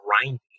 grinding